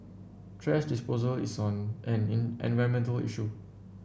thrash disposal is on an in environmental issue